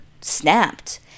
snapped